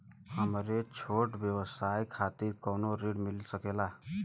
हमरे छोट व्यवसाय खातिर कौनो ऋण मिल सकेला?